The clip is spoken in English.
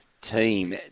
team